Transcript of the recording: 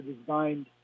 designed